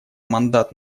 мандат